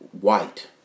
white